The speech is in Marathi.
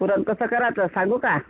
पुरण कसं करायचं सांगू का